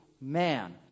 man